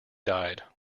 died